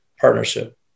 partnership